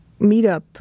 meetup